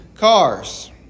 Cars